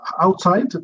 outside